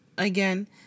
Again